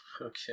Okay